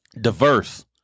diverse